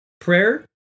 prayer